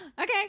Okay